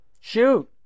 Shoot